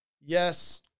yes